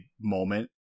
moment